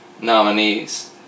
nominees